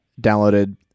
downloaded